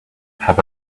have